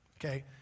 okay